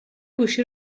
گوشی